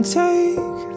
take